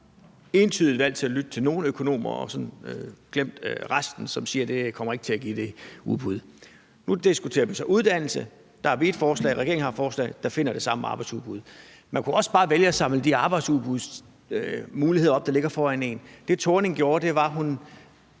entydigt valgt at lytte til nogle økonomer og glemt resten, som siger, at det ikke kommer til at give det arbejdsudbud. Nu diskuterer vi så uddannelse. Der har vi et forslag, og regeringen har et forslag, som begge skaffer det samme arbejdsudbud. Man kunne også bare vælge at samle de arbejdsudbudsmuligheder op, der ligger foran en. Det, Helle Thorning-Schmidt gjorde, var, at hun